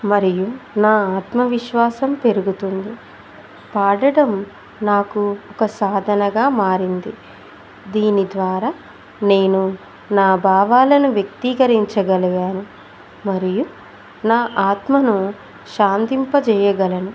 మరియు నా ఆత్మవిశ్వాసం పెరుగుతుంది పాడడం నాకు ఒక సాధనగా మారింది దీని ద్వారా నేను నా భావాలను వ్యక్తీకరించగలిగాను మరియు నా ఆత్మను శాంతింపజేయగలను